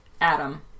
Adam